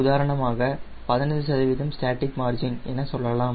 உதாரணமாக 15 static margin என சொல்லலாம்